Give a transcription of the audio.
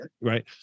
right